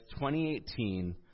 2018